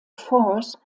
forts